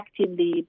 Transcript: actively